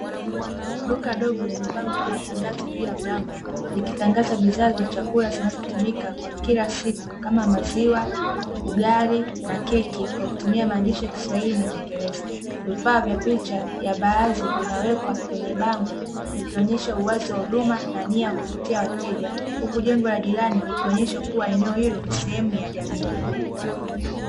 Duka dogo lenye bango la matangazo juu ya mlango likitangaza bidhaa za chakula zinazotumika kwa kila siku kama maziwa, ugali na keki kwa kutumia maandishi ya kiswahili na kiingereza. Vifaa vya picha ya baadhi vinawekwa kwenye bango vikionesha uwazi wa huduma na nia ya kuvutia wateja huku jengo la jirani likionesha kua eneo hilo ni sehemu ya jamii.